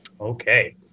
Okay